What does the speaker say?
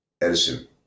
Edison